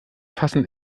fassen